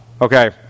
Okay